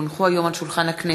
כי הונחו היום על שולחן הכנסת,